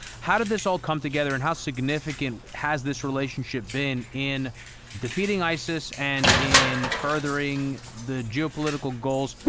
how did this all come together and how significant has this relationship been in defeating isis and in furthering the geopolitical goals?